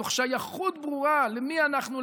מתוך שייכות ברורה למי אנחנו,